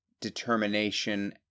determination